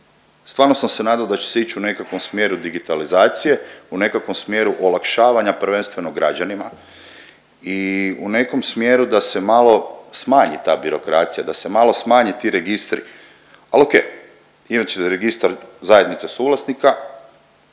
stvarno sam se nadao da će se ić u nekakvom smjeru digitalizacije, u nekakvom smjeru olakšavanja prvenstveno građanima i u nekom smjeru da se malo smanji ta birokracija, da se malo smanje ti registri, al okej, imat ćete Registar zajednice suvlasnika,